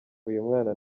uyumwana